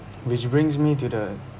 which brings me to the